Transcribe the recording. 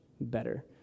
better